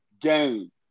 game